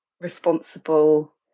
responsible